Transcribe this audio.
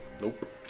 Nope